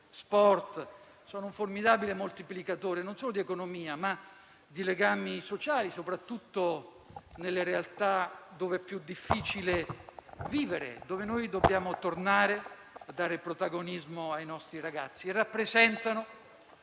sport sono un formidabile moltiplicatore, non solo di economia, ma di legami sociali, questo soprattutto nelle realtà dov'è più difficile vivere e dove noi dobbiamo tornare a dare protagonismo ai nostri ragazzi, e rappresentano